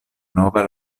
nova